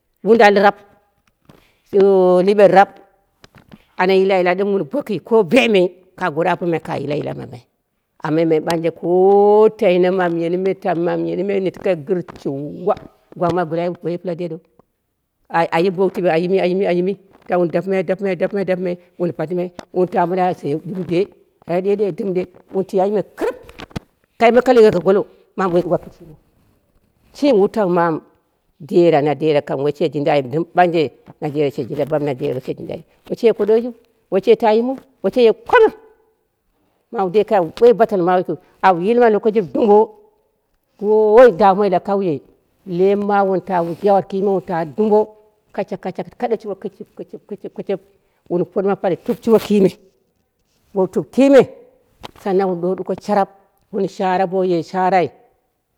Wundan raap ou liɓe raap ana yila ɗɨm wun boki kowu bemei ka goro apomai ka yila yila mamai, amma ɓanje me kotaina tamyenii me, mamyenii me gɨshikewa tamyenii me, mamyenii me gɨkshikiwa gwang ma gire ayim boiyii pɨla dou, ayim bou tike ayimi ayim ayimii. Sha wun dapɨmai dapɨmai, dapɨmai wun patɨmai wun ta gɨre a saye gɨn ɗe kare ɗou ɗɨm ɗe wun tui ayimime kɨrɨs, kai ɗɨm la legheko golo mawu dɨm woi duwa pitɨniu, shimi wutau mamu. Dera na dera kai woshe jinda ayimiu ɗɨm ɓanje na dera shi dinaga ayimiu ɗɨm ɓanje na dera she jinda bam, na dera she jinda bam, woshe koɗoyiu, woshe tayi mumu yikɨu au yilma lokoshimi dumbo wowoi da mai la kauye lem mawu ta wun tawa kime wunta dumbo kashakasha wun kaɗe shurwo kɨshɨp, kɨshɨp, kɨshɨp wun pottima pani tup shirwo kime bou tup kime saanmu wun do ɗuko sharap wun shara, douye sharai.